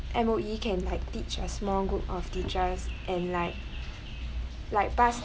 M_O_E can like teach a small group of teachers and like like pass